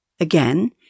Again